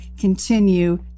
continue